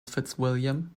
fitzwilliam